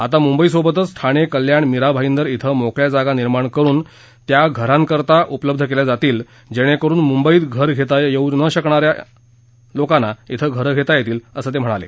आता मुंबईबरोबरच ठाणे कल्याण मीरा भाईदर क्रें मोकळया जागा निर्माण करुन त्या घरांकरता उपलब्ध केल्या जातील जेणेकरुन मुंबईत घर घेता येऊ न शकणा यांना शि घर घेता येईल असं ते म्हणाले